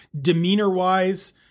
demeanor-wise